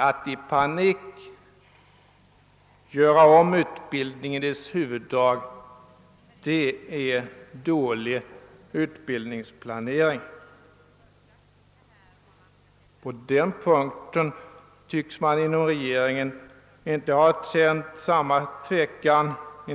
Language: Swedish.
Att i panik göra om utbildningen i dess huvuddrag är dålig utbildningsplanering. På den punkten tycks man inom regeringen inte ha känt samma tvekan